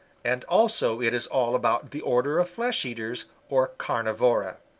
and also it is all about the order of flesh eaters, or carnivora.